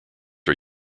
are